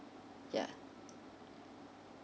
yeah